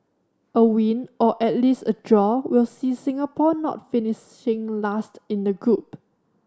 a win or at least a draw will see Singapore not finishing last in the group